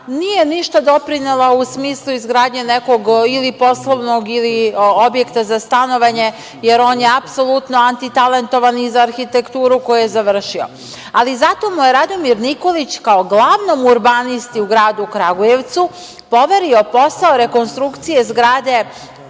nije ništa doprinela u smislu izgradnje nekog ili poslovnog ili objekta za stanovanje, jer on je apsolutno antitalentovan za arhitekturu koju je završio. Ali, zato mu je Radomir Nikolić, kao glavnom urbanisti u gradu Kragujevcu poverio posao rekonstrukcije zgrade,